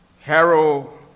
Harold